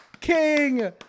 King